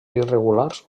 irregulars